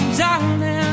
darling